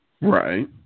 Right